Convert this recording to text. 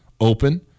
open